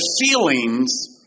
feelings